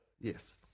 Yes